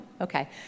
okay